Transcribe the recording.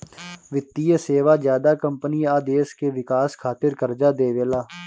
वित्तीय सेवा ज्यादा कम्पनी आ देश के विकास खातिर कर्जा देवेला